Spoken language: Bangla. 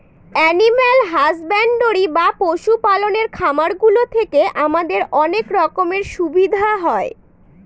এনিম্যাল হাসব্যান্ডরি বা পশু পালনের খামার গুলো থেকে আমাদের অনেক রকমের সুবিধা হয়